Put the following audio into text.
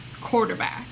quarterback